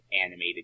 animated